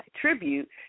tribute